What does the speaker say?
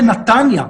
בנתניה,